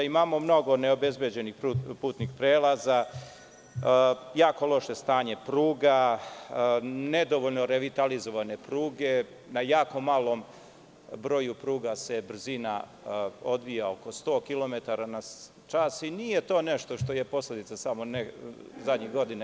Imamo mnogo neobezbeđenih putnih prelaza, jako loše stanje pruga, nedovoljno revitalizovane pruge, na jako malom broju pruga se brzina odvija oko 100 kilometara na čas i nije to nešto što je posledica samo zadnjih godina.